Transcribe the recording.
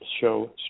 show